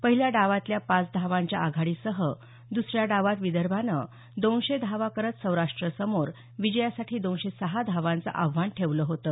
पहिल्या डावातल्या पाच धावांच्या आघाडीसह दसऱ्या डावात विदर्भानं दोनशे धावा करत सौराष्ट समोर विजयासाठी दोनशे सहा धावांचं आव्हान ठेवलं होतं